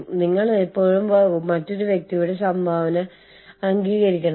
അതിനാൽ ഈ ആളുകൾ Y യുടെ സംസ്കാരത്തിലേക്ക് സംഭാവന ചെയ്യുന്നു